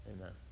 Amen